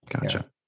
Gotcha